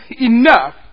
enough